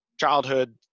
childhood